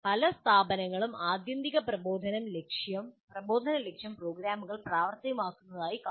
പല സ്ഥാപനങ്ങളിലെയും ആത്യന്തിക പ്രബോധന ലക്ഷ്യം പ്രോഗ്രാമുകൾ പ്രാവർത്തികമാക്കുന്നതായി കാണുന്നു